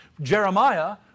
Jeremiah